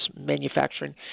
manufacturing